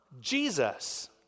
jesus